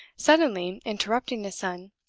suddenly interrupting his son.